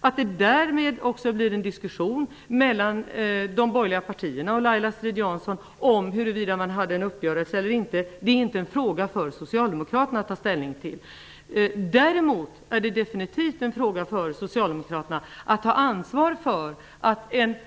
Att det därmed också blev en diskussion mellan de borgerliga partierna och Laila Strid-Jansson om huruvida de hade en uppgörelse är inte en fråga för Socialdemokraterna att ta ställning till. Däremot är det definitivt en fråga för Socialdemokraterna att ta ansvar för att ett